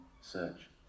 Search